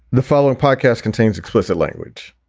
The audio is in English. the following podcast contains explicit language